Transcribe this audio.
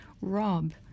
Rob